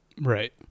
Right